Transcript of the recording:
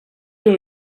dans